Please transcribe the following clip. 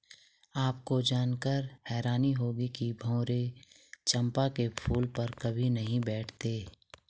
आपको जानकर हैरानी होगी कि भंवरे चंपा के फूल पर कभी नहीं बैठते